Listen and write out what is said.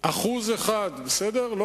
1% בשנה, לא